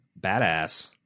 badass